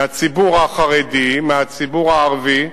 מהציבור החרדי, מהציבור הערבי,